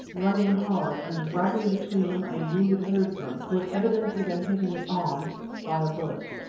running hard and dragging between them a wounded herdsman, who had evidently been hit in the arm by a bullet.